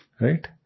right